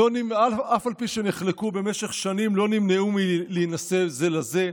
אף על פי שנחלקו במשך שנים לא נמנעו מלהינשא זה לזה,